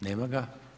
Nema ga?